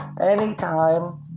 Anytime